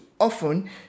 often